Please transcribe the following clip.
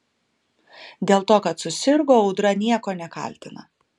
dėl to kad susirgo audra nieko nekaltina